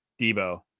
Debo